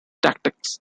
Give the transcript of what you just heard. tactics